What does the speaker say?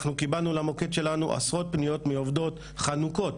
אנחנו קיבלנו למוקד שלנו עשרות פניות מעובדות חנוקות